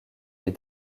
les